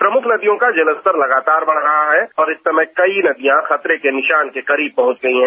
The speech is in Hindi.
प्रमुख नदियों का जलस्तर लगातार बढ़ रहा है और इस समय कई नदियां खतरे के निशान के करीब पहुंच गई हैं